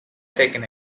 taken